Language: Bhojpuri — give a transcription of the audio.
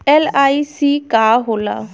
एल.आई.सी का होला?